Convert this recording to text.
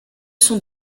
sont